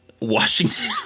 Washington